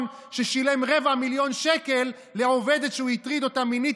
ששילם רבע מיליון שקל לעובדת שהוא הטריד אותה מינית,